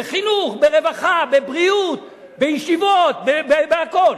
בחינוך, ברווחה, בבריאות, בישיבות, בכול,